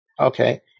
Okay